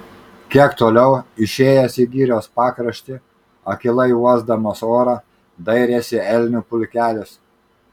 kiek toliau išėjęs į girios pakraštį akylai uosdamas orą dairėsi elnių pulkelis